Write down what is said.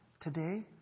today